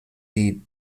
die